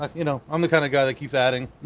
you know i'm the kind of guy that keeps adding.